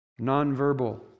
nonverbal